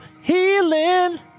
healing